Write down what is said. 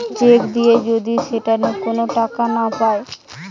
check দিয়ে যদি সেটা নু কোন টাকা না পায়